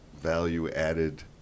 value-added